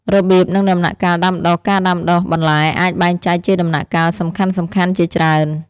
របៀប និងដំណាក់កាលដាំដុះការដាំដុះបន្លែអាចបែងចែកជាដំណាក់កាលសំខាន់ៗជាច្រើន។